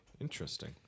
Interesting